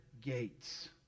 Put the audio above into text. gates